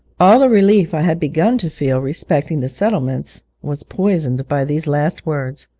all the relief i had begun to feel respecting the settlements was poisoned by these last words.